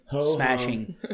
Smashing